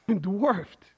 dwarfed